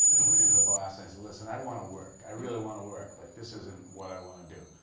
and went and to the boss and said, listen, i want to work, i really want to work, but this isn't what i want to do,